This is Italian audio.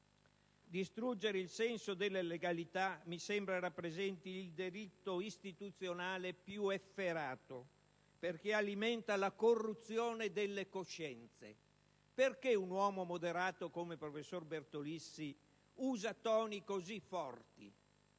Distruggere il senso della legalità mi sembra rappresenti il delitto istituzionale più efferato, perché alimenta la corruzione delle coscienze». Perché un uomo moderato come il professor Bertolissi usa toni così forti